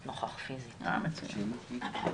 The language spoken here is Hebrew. נאמר שאפשר לוותר על החובה הפנסיונית ושאין חובה לשלם את הפנסיה.